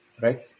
Right